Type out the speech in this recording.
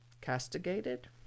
castigated